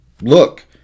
Look